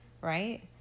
right